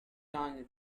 can